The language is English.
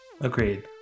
Agreed